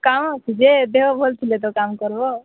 କାମ ଅଛି ଯେ ଦେହ ଭଲ ଥିଲେ ତ କାମ କରିବ